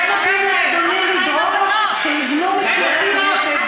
יותר מתאים לאדוני לדרוש שיבנו מקלטים.